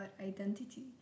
identity